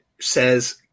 Says